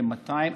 כ-200.